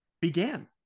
began